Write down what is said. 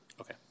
Okay